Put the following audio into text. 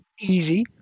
easy